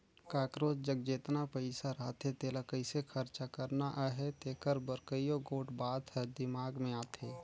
काकरोच जग जेतना पइसा रहथे तेला कइसे खरचा करना अहे तेकर बर कइयो गोट बात हर दिमाक में आथे